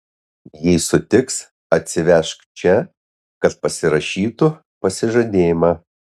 jei sutiks atsivežk čia kad pasirašytų pasižadėjimą